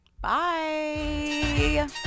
Bye